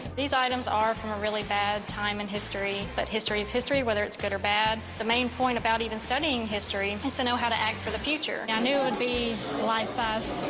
these items are from a really bad time in history. but history is history, whether it's good or bad. the main point about even studying history and is to know how to act for the future. now, i knew it would be life-size.